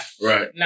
Right